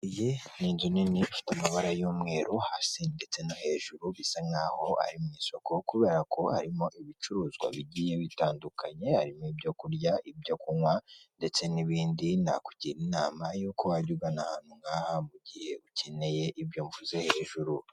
Iyi ni inzu nini ifite amabara y'umweru hasi ndetse no hejuru bisa nkaho ari mu isoko kubera ko harimo ibicuruzwa bigiye bitandukanye, harimo ibyo kurya, ibyo kunywa ndetse n'ibindi. Nakugira inama y'uko wajya ugana ahantu nkaha mu gihe ukeneye ibyo mvuze ijuru.